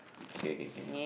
okay kay kay